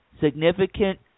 significant